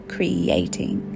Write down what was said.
Creating